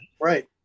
right